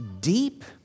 deep